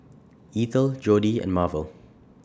Eathel Jodi and Marvel